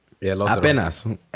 Apenas